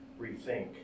rethink